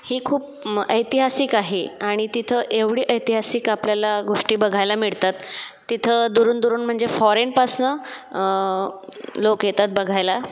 ही खूप ऐतिहासिक आहे आणि तिथं एवढी ऐतिहासिक आपल्याला गोष्टी बघायला मिळतात तिथं दुरून दुरून म्हणजे फॉरेनपासून लोक येतात बघायला